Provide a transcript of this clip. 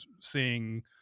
seeing